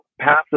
passive